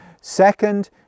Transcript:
Second